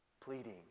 Pleading